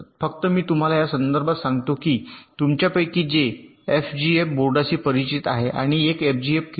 फक्त मी तुम्हाला या संदर्भात सांगतो की तुमच्यापैकी जे एफपीजीए बोर्डांशी परिचित आहेत आणि एफपीजीए किट्स